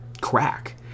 crack